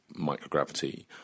microgravity